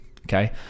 Okay